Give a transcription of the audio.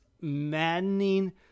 maddening